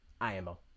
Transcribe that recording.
IMO